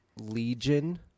Legion